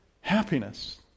happiness